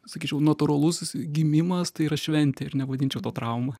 sakyčiau natūralus gimimas tai yra šventė ir nevadinčiau to trauma